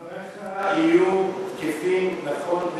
אני מבקש שדבריך יהיו תקפים נכון להיום.